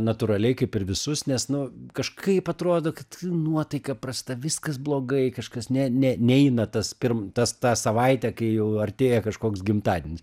natūraliai kaip ir visus nes nu kažkaip atrodo kad nuotaika prasta viskas blogai kažkas ne ne neina tas pirm tas tą savaitę kai jau artėja kažkoks gimtadienis